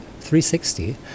360